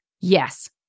Yes